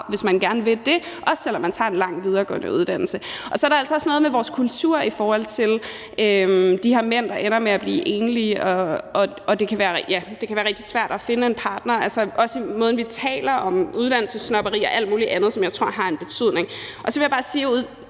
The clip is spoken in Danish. hvis man gerne vil det, også selv om man tager en lang videregående uddannelse. Så er der altså også noget med vores kultur i forhold til de her mænd, der ender med at blive enlige, hvor det kan være rigtig svært at finde en partner. Altså, det er også måden, vi taler om uddannelsessnobberi og alt muligt andet på, som jeg tror har en betydning. Så vil jeg bare sige,